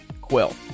quill